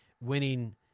winning –